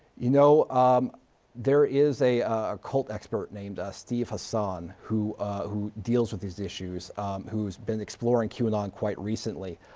you know there is a ah cult expert named ah steve hassan who who deals with these issues who's been exploring qanon ah and quite recently.